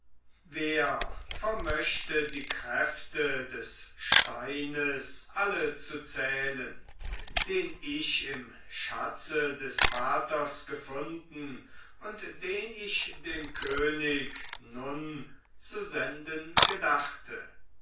wer vermöchte die kräfte des steines alle zu zählen den ich im schatze des vaters gefunden und den ich dem könig nun zu senden gedachte